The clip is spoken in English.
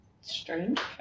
strange